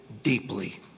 deeply